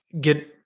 get